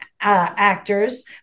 actors